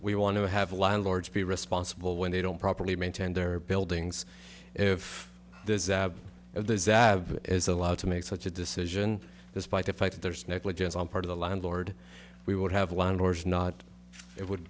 we want to have landlords be responsible when they don't properly maintain their buildings if there is that is allowed to make such a decision despite the fact that there's negligence on part of the landlord we would have landlords not it would